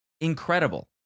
incredible